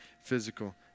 physical